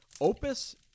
Opus